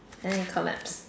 and it collapsed